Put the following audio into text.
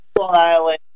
Island